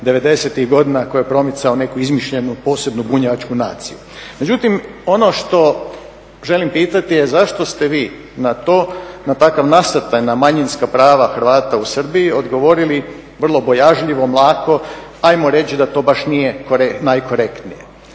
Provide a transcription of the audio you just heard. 90.-tih godina koji je promicao neku izmišljenu posebnu bunjevačku naciju. Međutim, ono što želim pitati je zašto ste vi na to, na takav nasrtaj na manjinska prava Hrvata u Srbiji odgovorili vrlo bojažljivo, mlako hajmo reći da to baš nije najkorektnije.